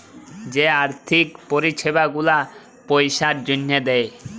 যে আথ্থিক পরিছেবা গুলা পইসার জ্যনহে দেয়